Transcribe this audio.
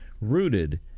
rooted